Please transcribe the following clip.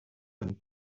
and